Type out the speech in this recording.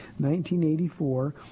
1984